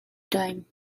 time